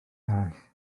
eraill